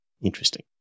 Interesting